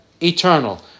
eternal